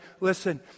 Listen